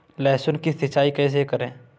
लहसुन की सिंचाई कैसे करें?